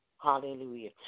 Hallelujah